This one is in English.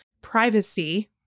privacy